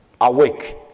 awake